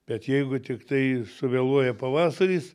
bet jeigu tiktai suvėluoja pavasaris